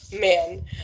Man